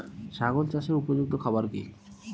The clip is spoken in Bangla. ছাগল চাষের উপযুক্ত খাবার কি কি?